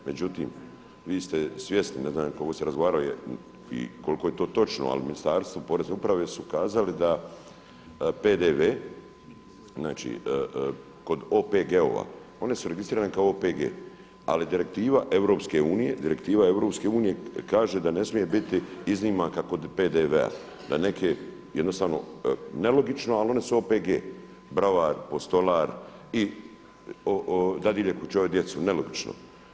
Međutim, vi ste svjesni, ne znam koliko ste razgovarali i koliko je to točno, ali ministarstvo porezne uprave su kazali da PDV kod OPG-ova one su registrirane kao OPG ali direktiva EU kaže da ne smije biti iznimaka kod PDV-a, da neke jednostavno nelogično ali one su OPG, bravar, postolar i dadilje koje čuvaju djecu, nelogično.